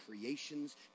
creations